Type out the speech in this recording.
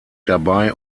dabei